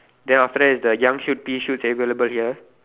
then after that is the young shoots pea shoots available here